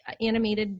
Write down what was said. animated